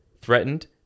threatened